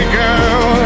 girl